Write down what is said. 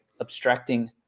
abstracting